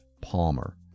Palmer